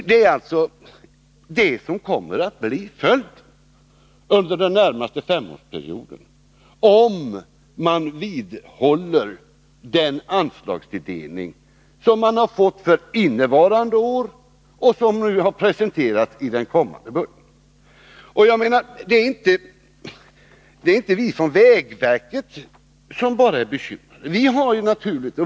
Detta är vad som kommer att bli följden under den närmaste femårsperioden, om anslagstilldelningen blir densamma som under innevarande år och som presenterats i budgetpropositionen. Det är inte bara vi inom vägverket som är bekymrade.